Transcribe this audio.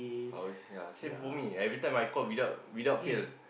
how is ya same for me every time I call without without fail